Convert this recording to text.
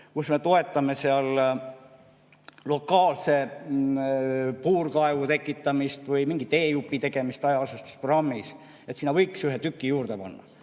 kus me toetame lokaalse puurkaevu tekitamist või mingi teejupi tegemist hajaasustusprogrammis. Sinna võiks ühe tüki juurde panna,